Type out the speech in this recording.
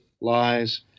lies